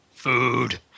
Food